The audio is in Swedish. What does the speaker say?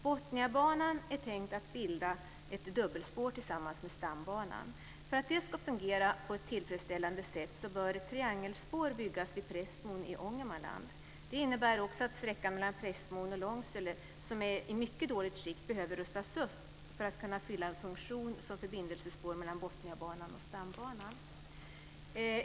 Botniabanan är tänkt att bilda ett dubbelspår tillsammans med Stambanan. För att det ska fungera på ett tillfredsställande sätt bör triangelspår byggas vid Prästmon i Ångermanland. Det innebär också att sträckan mellan Prästmon och Långsele, som är i mycket dåligt skick, behöver rustas upp för att kunna fylla en funktion som förbindelsespår mellan Botniabanan och Stambanan.